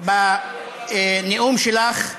בנאום שלך,